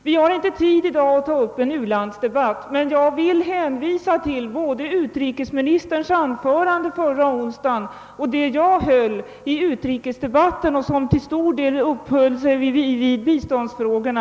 Vi har inte nu tid att ta upp en u-landsdebatt, men jag vill här hänvisa till såväl utrikesministerns anförande förra onsdagen som mitt eget anförande i utrikesdebatten, i vilket jag uppehöll mig mycket vid biståndsfrågorna.